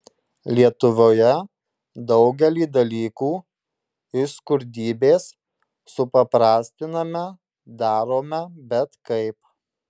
lietuvoje daugelį dalykų iš skurdybės supaprastiname darome bet kaip